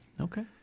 Okay